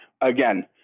again